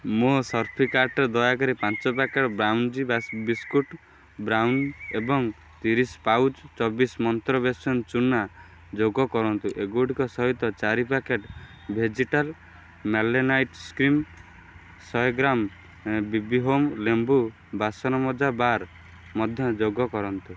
ମୋ ସପିଙ୍ଗ୍ କାର୍ଟ୍ରେ ଦୟାକରି ପାଞ୍ଚ ପ୍ୟାକେଟ୍ ବ୍ରାଉନ୍ଜି ବାସ୍ ବିସ୍କୁଟ୍ ବ୍ରାଉନି ଏବଂ ତିରିଶ ପାଉଚ୍ ଚବିଶ ମନ୍ତ୍ର ବେସନ ଚୂନା ଯୋଗ କରନ୍ତୁ ଏଗୁଡ଼ିକ ସହିତ ଚାରି ପ୍ୟାକେଟ୍ ଭେଜିଟାଲ୍ ମ୍ୟାଲେନାଇଟ୍ ସ୍କିମ୍ ଶହେ ଗ୍ରାମ୍ ବି ବି ହୋମ୍ ଲେମ୍ବୁ ବାସନମଜା ବାର୍ ମଧ୍ୟ ଯୋଗ କରନ୍ତୁ